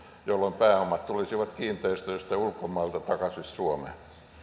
jolloin pääomat tulisivat kiinteistöistä ja ulkomailta takaisin suomeen